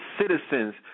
citizens